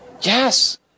Yes